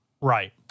Right